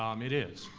um it is.